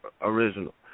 original